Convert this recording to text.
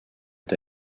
est